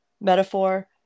metaphor